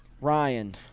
Ryan